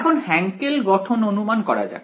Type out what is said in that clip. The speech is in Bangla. এখন হ্যান্কেল গঠন অনুমান করা যাক